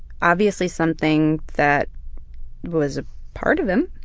obviously something that was a part of him.